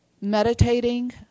meditating